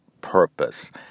purpose